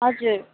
हजुर